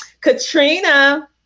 Katrina